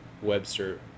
webster